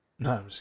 No